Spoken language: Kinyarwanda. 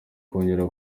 kongera